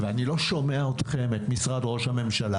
ואני לא שומע אתכם, את משרד ראש הממשלה.